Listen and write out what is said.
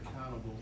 accountable